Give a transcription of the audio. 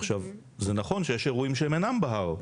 עכשיו, זה נכון שיש אירועים שהם אינם בהר.